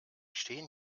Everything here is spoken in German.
stehen